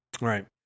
Right